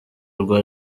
rwa